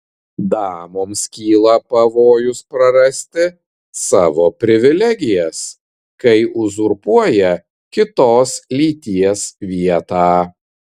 damoms kyla pavojus prarasti savo privilegijas kai uzurpuoja kitos lyties vietą